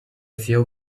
few